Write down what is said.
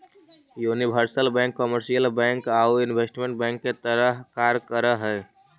universal bank commercial bank आउ investment bank के तरह कार्य कर हइ